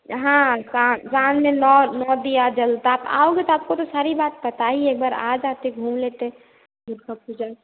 हाँ गाँ गाँव में नौ नौ दिया जलता आप आओगे तो आपको तो सारी बात पता ही है एक बार आ जाते घूम लेते दुर्गा पूजा में